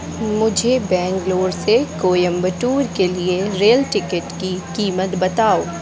मुझे बैंगलोर से कोयम्बटूर के लिए रेल टिकट की कीमत बताओ